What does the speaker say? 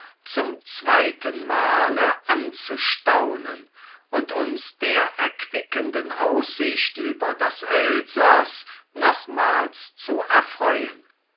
zum zweiten male anzustaunen und uns der erquickenden aussicht über das elsaß nochmals zu erfreuen